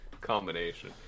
combination